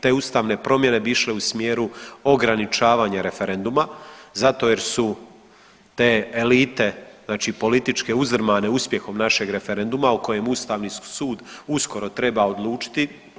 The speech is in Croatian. Te ustavne promjene bi išle u smjeru ograničavanja referenduma zato jer su te elite znači političke uzdrmane uspjehom našeg referenduma o kojem ustavni sud uskoro treba odlučiti.